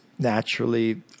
naturally